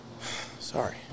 Sorry